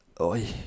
Oi